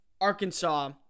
Arkansas